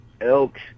elk